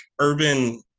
urban